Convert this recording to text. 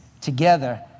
Together